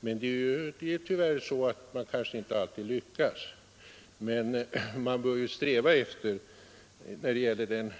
Tyvärr är det emellertid så, att man kanske inte alltid lyckas, men rent allmänt kan väl sägas att det är